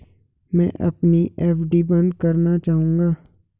मैं अपनी एफ.डी बंद करना चाहूंगा